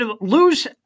lose